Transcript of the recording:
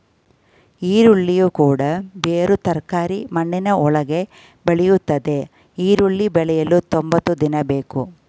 ಈರುಳ್ಳಿಯು ಕೂಡ ಬೇರು ತರಕಾರಿ ಮಣ್ಣಿನ ಒಳಗೆ ಬೆಳೆಯುತ್ತದೆ ಈರುಳ್ಳಿ ಬೆಳೆಯಲು ತೊಂಬತ್ತು ದಿನ ಬೇಕು